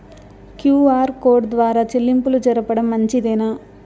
QR code ద్వారా చెల్లింపులు జరపడం మంచిదేనా?